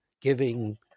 giving